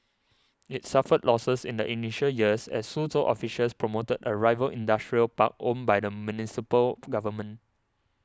it suffered losses in the initial years as Suzhou officials promoted a rival industrial park owned by the municipal government